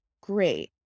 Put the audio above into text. great